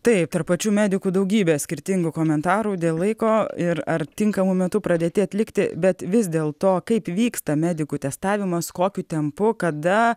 taip tarp pačių medikų daugybė skirtingų komentarų dėl laiko ir ar tinkamu metu pradėti atlikti bet vis dėl to kaip vyksta medikų testavimas kokiu tempu kada